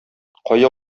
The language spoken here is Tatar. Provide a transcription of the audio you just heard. кая